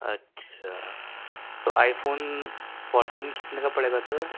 اچھا تو iPhone fourteen کتنے کا پڑے گا سر